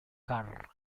carr